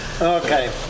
Okay